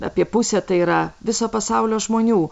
apie pusė tai yra viso pasaulio žmonių